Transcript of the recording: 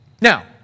Now